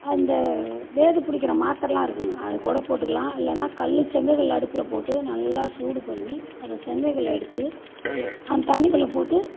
அந்த வேது பிடிக்குற மாத்திரல்லாம் இருக்குதுங்க அதை கூட போட்டுக்கலாம் இல்லைன்னா கல் செங்கல் கல் அடுப்பில் போட்டு நல்லா சூடு பண்ணி அந்த செங்கல் கல்லை எடுத்து அந்த தண்ணிக்குள்ளே போட்டு